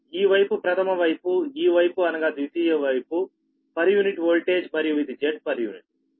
ఈ వైపు ప్రధమ వైపుఈ వైపు అనగా ద్వితీయ వైపు పర్ యూనిట్ వోల్టేజ్ మరియు ఇది Z